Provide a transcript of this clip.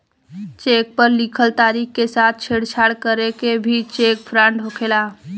check पर लिखल तारीख के साथ छेड़छाड़ करके भी चेक फ्रॉड होखेला